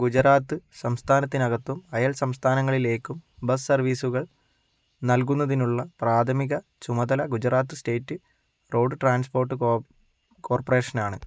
ഗുജറാത്ത് സംസ്ഥാനത്തിനകത്തും അയൽ സംസ്ഥാനങ്ങളിലേക്കും ബസ് സർവീസുകൾ നൽകുന്നതിനുള്ള പ്രാഥമിക ചുമതല ഗുജറാത്ത് സ്റ്റേറ്റ് റോഡ് ട്രാൻസ്പോർട്ട് കോർപ്പറേഷനാണ്